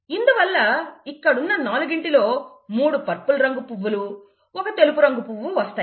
ఇందువల్ల ఇక్కడున్న నాలుగింటిలో మూడు పర్పుల్ రంగు పువ్వులు ఒక తెలుపు రంగు పువ్వు వస్తాయి